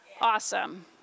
Awesome